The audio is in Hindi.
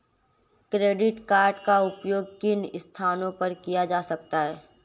क्रेडिट कार्ड का उपयोग किन स्थानों पर किया जा सकता है?